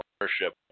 ownership